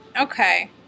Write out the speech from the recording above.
okay